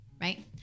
right